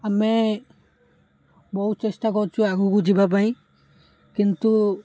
ଆମେ ବହୁତ ଚେଷ୍ଟା କରୁଛୁ ଆଗକୁ ଯିବା ପାଇଁ କିନ୍ତୁ